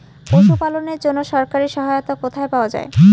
পশু পালনের জন্য সরকারি সহায়তা কোথায় পাওয়া যায়?